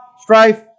strife